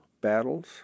Battles